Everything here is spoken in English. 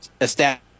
establish